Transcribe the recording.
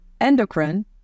endocrine